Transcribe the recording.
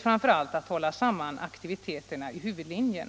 Framför allt blir uppgiften att hålla samman aktiviteterna i huvudlinjen.